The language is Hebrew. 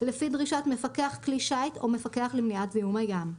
לפי דרישת מפקח כלי שיט או מפקח למניעת זיהום הים,